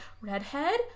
Redhead